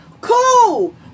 Cool